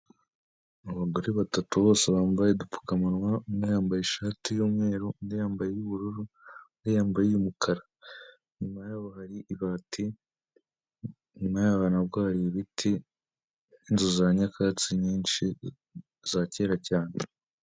Abagore batatu bose bambaye udupfukamunwa, umwe yambaye ishati y'umweru, undi yambaye iy'ubururu, undi yambaye iy'umukara, inyuma yabo hari ibati, inyuma yabo nabwo hari ibiti n'inzu za nyakatsi nyinshi za kera cyane.